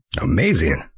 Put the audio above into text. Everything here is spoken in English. Amazing